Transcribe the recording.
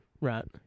right